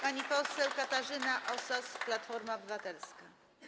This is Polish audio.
Pani poseł Katarzyna Osos, Platforma Obywatelska.